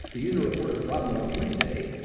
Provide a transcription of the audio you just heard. the user reported the problem on tuesday.